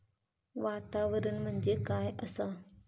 वातावरण म्हणजे काय असा?